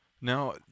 Now